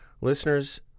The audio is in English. Listeners